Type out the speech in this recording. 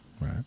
Right